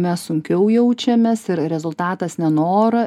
mes sunkiau jaučiamės ir rezultatas nenorą